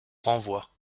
renvoi